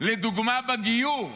לדוגמה בגיור,